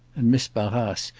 and miss barrace,